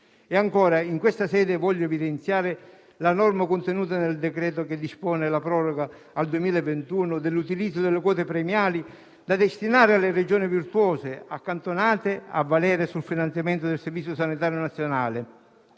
famiglie. In questa sede voglio evidenziare anche la norma contenuta nel decreto che dispone la proroga al 2021 dell'utilizzo delle quote premiali da destinare alle Regioni virtuose accantonate a valere sul finanziamento del Servizio sanitario nazionale